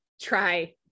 try